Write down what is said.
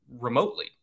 remotely